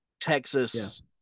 Texas